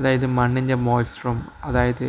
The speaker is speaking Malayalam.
അതായത് മണ്ണിൻ്റെ മോയ്സ്ച്ചറും അതായത്